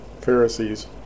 Pharisees